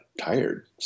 tired